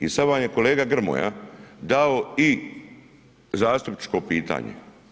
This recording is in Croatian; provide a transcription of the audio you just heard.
I sada vam je kolega Grmoja dao i zastupničko pitanje.